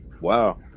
wow